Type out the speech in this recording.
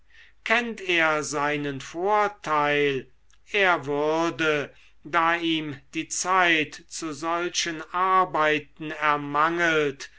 kennte er seinen vorteil er würde da ihm die zeit zu solchen arbeiten ermangelt